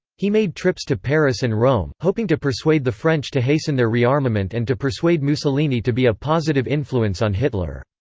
he made trips to paris and rome, hoping to persuade the french to hasten their rearmament and to persuade mussolini to be a positive influence on hitler.